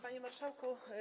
Panie Marszałku!